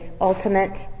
ultimate